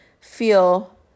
feel